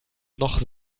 noch